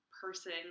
person